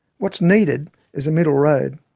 what's needed is a middle road.